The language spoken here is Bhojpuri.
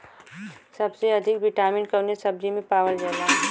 सबसे अधिक विटामिन कवने सब्जी में पावल जाला?